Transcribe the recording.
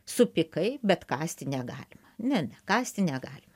supykai bet kąsti negalima ne ne kąsti negalima